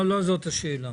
לא זאת השאלה.